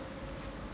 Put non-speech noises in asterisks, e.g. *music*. *breath*